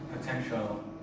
potential